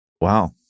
Wow